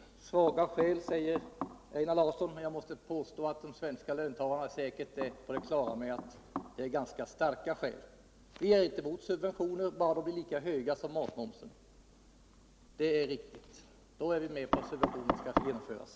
Vpk har svaga skäl, säger Einar Larsson, men jag måste påstå att de svenska löntagarna är på det klara med att det är ganska starka skäl. Vi är inte mot subventioner, bara de blir lika höga som matmomsen: då är vi med på att de genomförs.